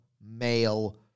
male